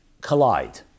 collide